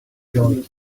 joy